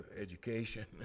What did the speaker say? education